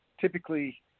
Typically